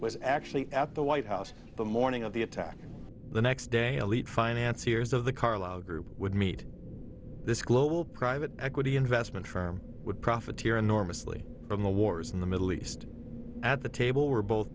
was actually at the white house the morning of the attack the next day elite financier's of the carlyle group would meet with this global private equity investment firm would profiteer enormously from the wars in the middle east at the table were both